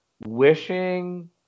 wishing